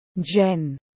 Jen